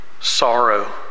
sorrow